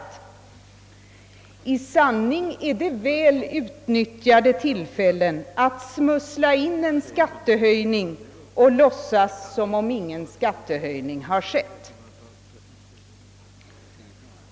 Det är i sanning väl utnyttjade tillfällen att smussla in en skattehöjning och låtsas som om ingen skattehöjning skett.